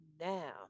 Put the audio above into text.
now